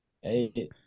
hey